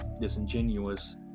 disingenuous